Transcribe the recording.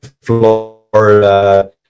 Florida